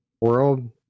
world